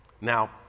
Now